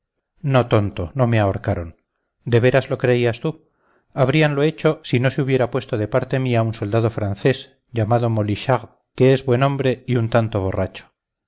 no tonto no me ahorcaron de veras lo creías tú habríanlo hecho si no se hubiera puesto de parte mía un soldado francés llamado molichard que es buen hombre y un tanto borracho